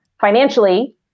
financially